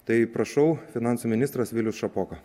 tai prašau finansų ministras vilius šapoka